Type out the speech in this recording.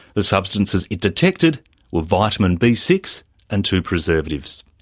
the substances it detected were vitamin b six and two preservatives.